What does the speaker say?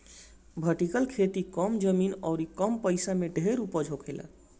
vertical खेती कम जमीन अउरी कम पइसा में ढेर उपज होखेला